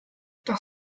doch